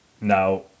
Now